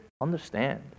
understand